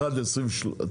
תשנה 21 ל-23.